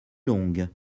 longues